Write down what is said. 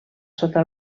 sota